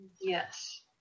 Yes